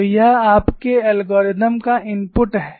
तो यह आपके एल्गोरिथ्म का इनपुट है